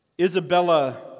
Isabella